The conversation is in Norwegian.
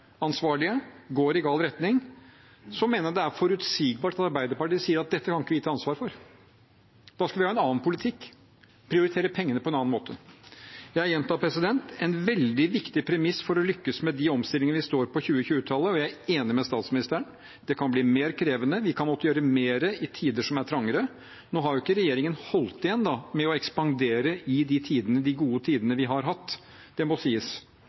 går i gal retning, mener jeg det er forutsigbart når Arbeiderpartiet sier at dette kan vi ikke ta ansvar for. Da skal vi ha en annen politikk, prioritere pengene på en annen måte. Jeg gjentar at det er en veldig viktig premiss for å lykkes med de omstillingene vi står overfor på 2020-tallet, og jeg er enig med statsministeren i at det kan bli mer krevende. Vi kan måtte gjøre mer i tider som er trangere. Nå har ikke regjeringen holdt igjen med å ekspandere i de gode tidene vi har hatt, det må sies,